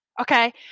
Okay